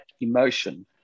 emotion